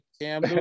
Cam